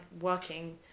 working